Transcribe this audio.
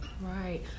Right